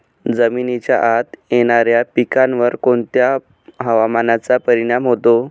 जमिनीच्या आत येणाऱ्या पिकांवर कोणत्या हवामानाचा परिणाम होतो?